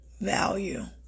value